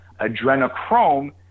Adrenochrome